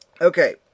Okay